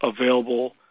available